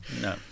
no